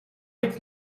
ligt